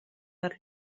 per